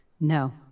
No